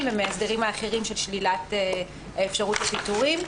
ומההסדרים האחרים של שלילת האפשרות לפיטורים.